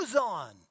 on